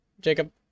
Jacob